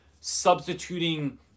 substituting